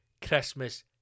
Christmas